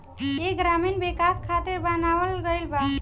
ई ग्रामीण विकाश खातिर बनावल गईल बा